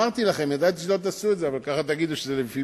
אבל לא רק על-פי